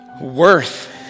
worth